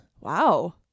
Wow